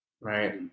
Right